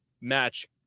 match